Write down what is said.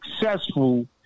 successful